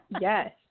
Yes